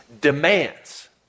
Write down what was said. demands